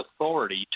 authority